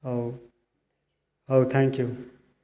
ହଉ ହଉ thank you